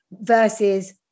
versus